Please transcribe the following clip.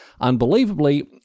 Unbelievably